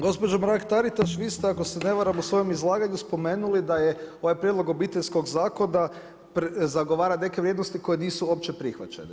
Gospođo Mrak Taritaš, vi ste ako se ne varam, u svom izlaganju spomenuli da je ovaj prijedlog obiteljskog zakona zagovara neke vrijednosti koje nisu uopće prihvaćene.